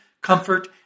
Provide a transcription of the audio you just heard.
comfort